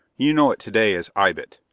you know it to-day as ibit,